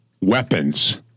weapons